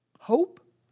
Hope